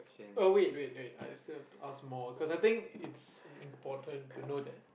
oh wait wait wait I still have to ask more cause I think it's important to know that